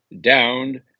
downed